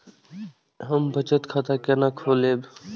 हम बचत खाता केना खोलैब?